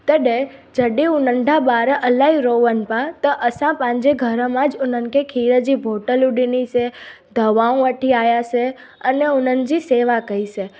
तॾहिं जॾहिं उहा नंढा ॿार इलाही रोइनि पिया त असां पंहिंजे घर मां ज उन्हनि खे खीर जी बॉटलूं ॾिनीसीं दवाऊं वठी आयासीं अने उन्हनि जी सेवा कईसीं